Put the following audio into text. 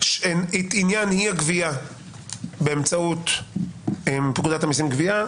עניין אי הגבייה באמצעות פקודת המיסים גבייה,